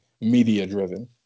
media-driven